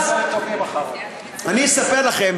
אז, אני אספר לכם.